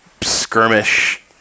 skirmish